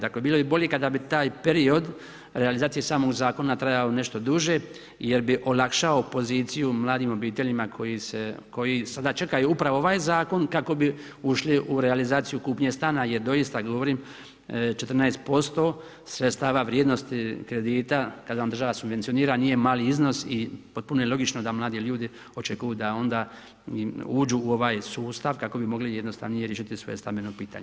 Dakle bilo bi bolje kada bi taj period realizacije samog zakona trajao nešto duže jer bi olakšao poziciju mladim obiteljima koji sada čekaju upravo ovaj zakon kako bi ušli u realizaciju kupnje stana jer doista govorim 14% sredstava vrijednosti kredita kada vam država subvencionira nije mali iznos i potpuno je logično da mladi ljudi očekuju da onda im uđu u ovaj sustav kako bi mogli jednostavnije riješiti svoje stambeno pitanje.